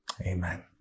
Amen